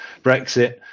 Brexit